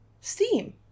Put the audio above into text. Steam